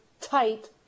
tight